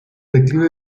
declive